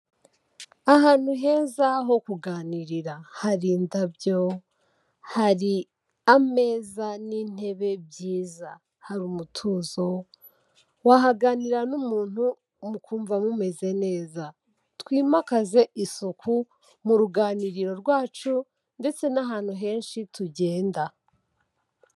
Ahantu heza ho kuganirira, hari indabyo, hari ameza n'intebe byiza, hari umutuzo, wahaganirira n'umuntu mukumva mumeze neza, twimakaze isuku mu ruganiriro rwacu ndetse n'ahantu henshi tugenda.